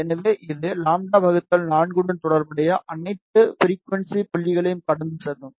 எனவே இது λ 4 உடன் தொடர்புடைய அனைத்து ஃபிரிகுவன்ஸி புள்ளிகளையும் கடந்து செல்லும்